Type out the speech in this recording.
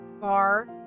bar